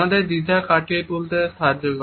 আমাদের দ্বিধা কাটিয়ে উঠতে সাহায্য করে